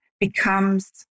becomes